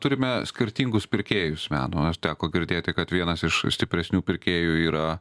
turime skirtingus pirkėjus meno ar teko girdėti kad vienas iš stipresnių pirkėjų yra